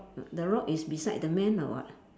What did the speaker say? mm the rock is beside the man or what